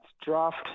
draft